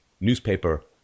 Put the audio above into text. newspaper